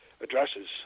addresses